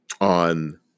on